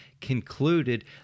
concluded